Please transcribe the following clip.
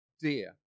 dear